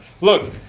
Look